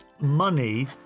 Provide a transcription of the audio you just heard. money